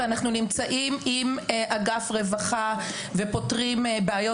אנחנו נמצאים עם אגף רווחה ופותרים בעיות